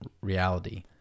reality